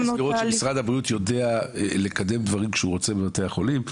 משרד הבריאות יודע לקדם דברים כשהוא רוצה בבתי החולים.